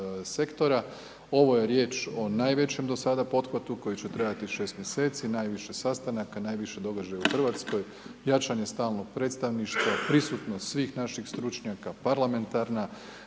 Ovo je riječ o najvećem do sada pothvatu koji će trajati 6 mjeseci, najviše sastanaka, najviše događaja u RH, jačanje stalnog predstavništva, prisutnost svih naših stručnjaka, parlamentarna